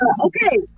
okay